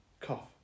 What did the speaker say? cough